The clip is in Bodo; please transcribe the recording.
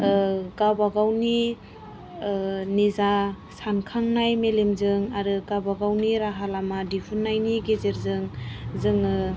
गावबा गावनि निजा सानखांनाय मेलेमजों आरो गावबा गावनि राहालामा दिहुननायनि गेजेरजों जोङो